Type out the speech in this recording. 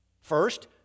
First